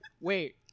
Wait